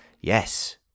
Yes